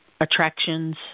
attractions